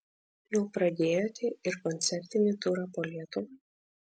jau pradėjote ir koncertinį turą po lietuvą